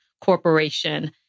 Corporation